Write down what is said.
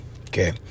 okay